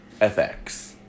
FX